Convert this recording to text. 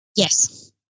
Yes